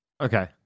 Okay